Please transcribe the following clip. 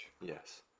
Yes